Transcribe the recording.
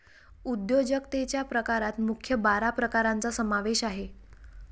उद्योजकतेच्या प्रकारात मुख्य बारा प्रकारांचा समावेश आहे